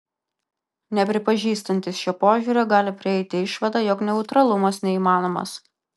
nepripažįstantys šio požiūrio gali prieiti išvadą jog neutralumas neįmanomas